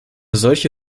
solche